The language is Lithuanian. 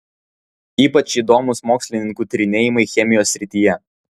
ypač įdomūs mokslininkų tyrinėjimai chemijos srityje